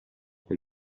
che